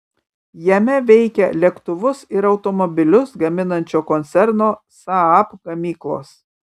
jame veikia lėktuvus ir automobilius gaminančio koncerno saab gamyklos